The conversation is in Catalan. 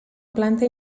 planta